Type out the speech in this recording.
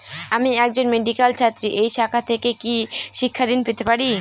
আমি একজন মেডিক্যাল ছাত্রী এই শাখা থেকে কি শিক্ষাঋণ পেতে পারি?